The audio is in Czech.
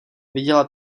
viděla